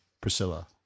Priscilla